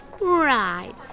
Right